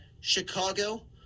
Chicago –